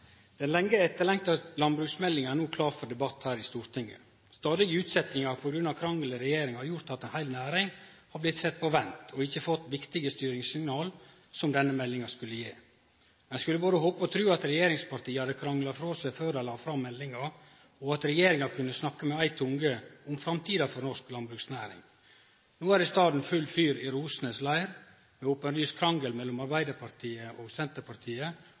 no klar for debatt her i Stortinget. Stadige utsetjingar på grunn av kranglar i regjeringa har gjort at ei heil næring har blitt sett på vent og ikkje fått viktige styringssignal som denne meldinga skulle gje. Ein skulle både håpe og tru at regjeringspartia hadde krangla frå seg før dei la fram meldinga, og at regjeringa kunne snakke med ei tunge om framtida for norsk landbruksnæring. No er det i staden full fyr i rosenes leir, med openlys krangel mellom Arbeidarpartiet og Senterpartiet